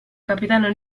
capitano